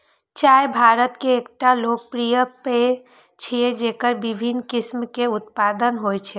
चाय भारत के एकटा लोकप्रिय पेय छियै, जेकर विभिन्न किस्म के उत्पादन होइ छै